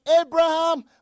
Abraham